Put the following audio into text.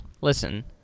Listen